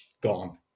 gone